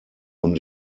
und